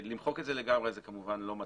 למחוק את זה לגמרי זה כמובן לא מתאים,